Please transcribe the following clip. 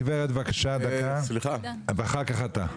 הגברת בבקשה דקה ואחר כך אתה.